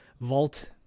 vault